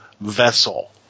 vessel